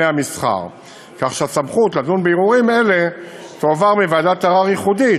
המסחר כך שהסמכות לדון בערעורים אלה תועבר מוועדת ערר ייחודית